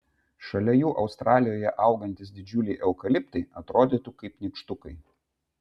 šalia jų australijoje augantys didžiuliai eukaliptai atrodytų kaip nykštukai